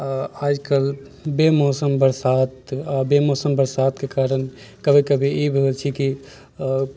आजकल बेमौसम बरसात आ बेमौसम बरसात के कारण कभी कभी ई भी होइ छै की